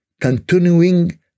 continuing